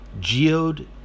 geode